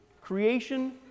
Creation